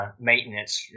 maintenance